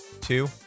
two